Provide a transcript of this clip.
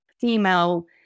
female